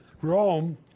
Rome